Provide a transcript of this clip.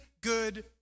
good